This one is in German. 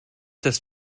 das